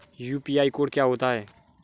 UPI code क्या होता है?